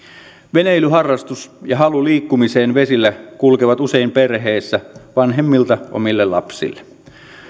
veneilyharrastus ja halu liikkumiseen vesillä kulkevat usein perheessä vanhemmilta omille lapsille